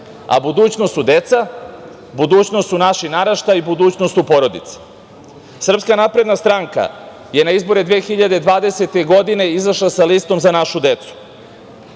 a budućnost su deca, budućnost su naši naraštaji i budućnost su porodice. Srpska napredna stranka je na izborima 2020. godine, izašla sa listom – Za našu decu.